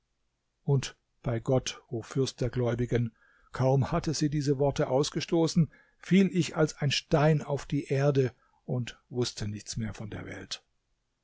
und bei gott o fürst der gläubigen kaum hatte sie diese worte ausgestoßen fiel ich als ein stein auf die erde und wußte nichts mehr von der welt